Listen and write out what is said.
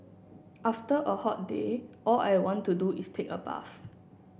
after a hot day all I want to do is take a bath